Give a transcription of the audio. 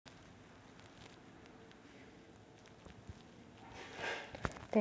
त्याच्या हिरव्या फळांपासून ते पिकलेल्या फळांपर्यंत आणि बियांपर्यंत अन्नात भरपूर उपयोग होतो